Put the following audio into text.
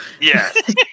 Yes